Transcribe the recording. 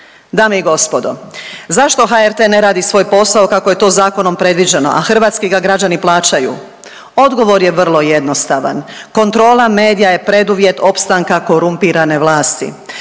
Dame i gospodo zašto HRT ne radi svoj posao kako je to zakonom predviđeno, a hrvatski ga građani plaćaju? Odgovor je vrlo jednostavan. Kontrola medija je preduvjet opstanka korumpirane vlasti.